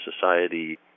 Society